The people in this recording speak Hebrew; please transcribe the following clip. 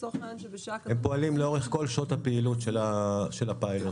הם פועלים לאורך כל שעות הפעילות של הפיילוט.